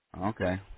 Okay